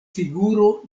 figuro